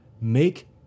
make